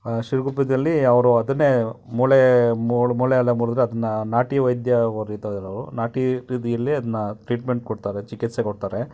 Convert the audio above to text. ಶಿರಗುಪ್ಪೆದಲ್ಲಿ ಅವರು ಅದನ್ನೇ ಮೂಳೆ ಮೂಳೆಯೆಲ್ಲ ಮುರಿದ್ರೆ ಅದನ್ನ ನಾಟಿ ವೈದ್ಯ ಅವ್ರು ಇದಾರೆ ಅವರು ನಾಟಿ ರೀತಿಯಲ್ಲೇ ಅದನ್ನ ಟ್ರೀಟ್ಮೆಂಟ್ ಕೊಡ್ತಾರೆ ಚಿಕಿತ್ಸೆ ಕೊಡ್ತಾರೆ